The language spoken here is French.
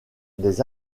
des